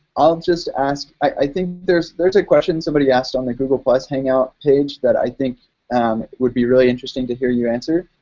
i'll just ask, i think, there's there's a question somebody asked on my google hangout page that i think would be really interesting to hear you answer.